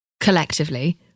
collectively